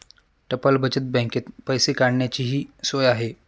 टपाल बचत बँकेत पैसे काढण्याचीही सोय आहे